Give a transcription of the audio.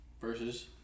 versus